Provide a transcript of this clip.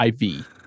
IV